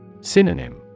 Synonym